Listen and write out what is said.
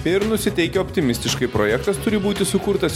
ir nusiteikę optimistiškai projektas turi būti sukurtas